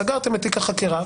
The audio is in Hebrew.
סגרתם את תיק החקירה,